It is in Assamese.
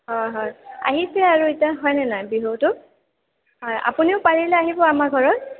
হয় হয় আহিছেই আৰু এতিয়া হয়নে নাই বিহুটো হয় আপুনিও পাৰিলে আহিব আমাৰ ঘৰত